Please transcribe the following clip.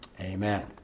Amen